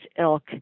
ilk